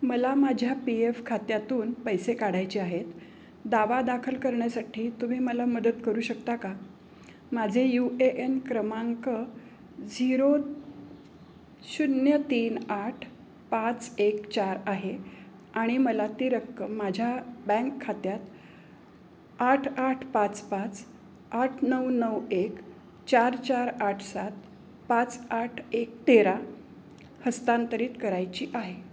मला माझ्या P F खात्यातून पैसे काढायचे आहेत दावा दाखल करण्यासाठी तुम्ही मला मदत करू शकता का माझे यू ए एन क्रमांक झिरो शून्य तीन आठ पाच एक चार आहे आणि मला ती रक्कम माझ्या बँक खात्यात आठ आठ पाच पाच आठ नऊ नऊ एक चार चार आठ सात पाच आठ एक तेरा हस्तांतरित करायची आहे